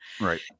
right